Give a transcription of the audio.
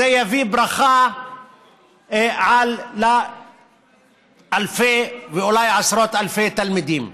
זה יביא ברכה על אלפי ואולי עשרות אלפי תלמידים.